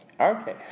Okay